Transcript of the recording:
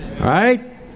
right